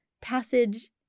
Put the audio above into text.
passage